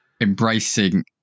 embracing